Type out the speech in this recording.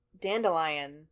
dandelion